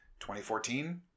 2014